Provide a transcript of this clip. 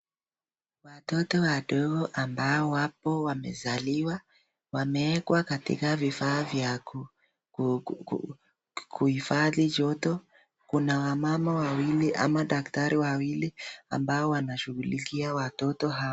Watoto wadogo ambao wapo wamezaliwa, wamewekwa katika vifaa vya kuhifadhi joto. Kuna wamama wawili ama daktari wawili ambao wanashughulikia watoto hao.